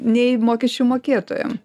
nei mokesčių mokėtojam